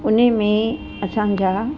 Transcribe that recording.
उन में असांजा